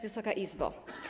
Wysoka Izbo!